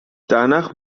danach